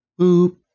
boop